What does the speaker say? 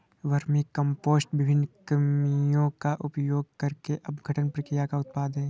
vermicompost विभिन्न कृमियों का उपयोग करके अपघटन प्रक्रिया का उत्पाद है